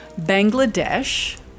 Bangladesh